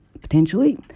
potentially